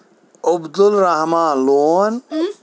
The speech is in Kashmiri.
عبدالرحمٰن لون